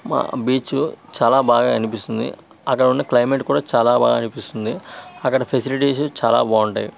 మా బీచు చాలా బాగా అనిపిస్తుంది అక్కడ ఉన్న క్లైమేట్ కూడా చాలా బాగా అనిపిస్తుంది అక్కడ ఫెసిలిటీస్ చాలా బాగుంటాయి